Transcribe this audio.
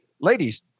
ladies